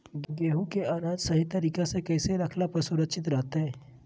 गेहूं के अनाज सही तरीका से कैसे रखला पर सुरक्षित रहतय?